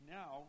now